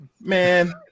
Man